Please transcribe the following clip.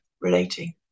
relating